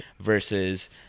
Versus